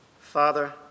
Father